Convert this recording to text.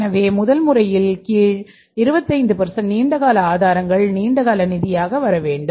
எனவே முதல் முறையின் கீழ் 25 நீண்ட கால ஆதாரங்கள் நீண்ட கால நிதி ஆக வர வேண்டும்